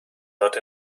not